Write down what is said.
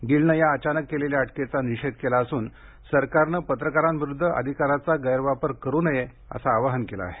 गिल्डनं या अचानक केलेल्या अटकेचा निषेध केला असून सरकारनं पत्रकाराविरुद्ध अधिकाराचा गैरवापर करु नये असं आवाहन केलं आहे